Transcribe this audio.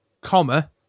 comma